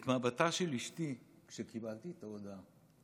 את מבטה של אשתי כשקיבלתי את ההודעה.